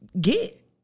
get